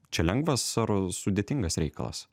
čia lengvas ar sudėtingas reikalas